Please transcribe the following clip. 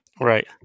Right